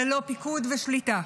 ללא פיקוד ושליטה.